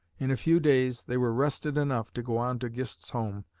in a few days, they were rested enough to go on to gist's home,